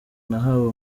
nahawe